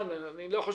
זמן ארוך מידי.